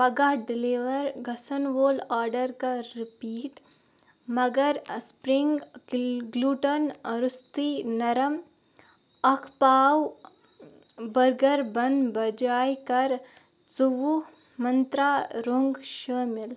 پگاہ ڈیلیور گژھن وول آرڈر کَر رِپیٖٹ مگر سپرِنٛگ گلوٗٹن رۄستُے نرم اکھ پاو بٔرگر بن بجاے کَر ژوٚوُہ منٛترٛا رۄنٛگ شٲمِل